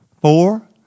four